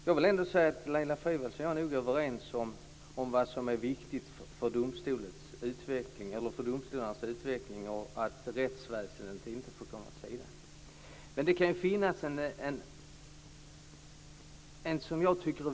Fru talman! Laila Freivalds och jag är nog överens om vad som är viktigt för domstolarnas utveckling och att rättsväsendet inte får komma vid sidan av.